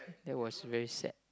that was very sad